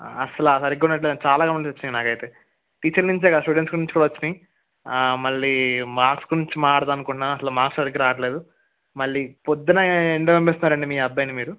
అసలు సరిగ్గా ఉండట్లేదండి చాలా కంప్లైంట్స్ వచ్చాయి నాకైతే టీచర్ నుంచే కాదు స్టూడెంట్స్ నుంచి కూడా వచ్చాయి మళ్ళీ మార్క్స్ గురించి మాట్లాడదాం అనుకుంటున్నా అసలు మార్క్స్ సరిగ్గా రావట్లేదు మళ్ళీ పొద్దున్న ఎందులో పంపిస్తారండి మీ అబ్బాయిని మీరు